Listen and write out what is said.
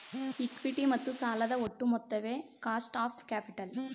equity ಮತ್ತು ಸಾಲದ ಒಟ್ಟು ಮೊತ್ತವೇ ಕಾಸ್ಟ್ ಆಫ್ ಕ್ಯಾಪಿಟಲ್